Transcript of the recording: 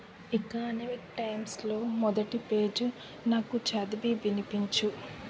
economic టైమ్స్లో మొదటి పేజీ నాకు చదివి వినిపించు